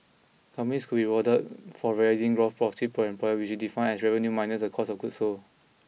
companies could be rewarded for gross profit per employee which is defined as revenue minus a cost of goods sold